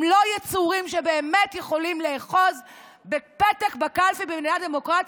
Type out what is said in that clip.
הם לא יצורים שבאמת יכולים לאחוז בפתק בקלפי במדינה דמוקרטית,